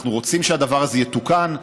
אנחנו רוצים שהדבר הזה יתוקן,